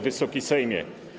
Wysoki Sejmie!